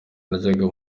najyaga